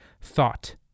thought